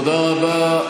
תודה רבה.